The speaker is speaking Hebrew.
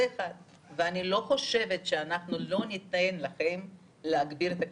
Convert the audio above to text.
אני לא חושבת שאנחנו לא ניתן לכם להגביר את הקווים.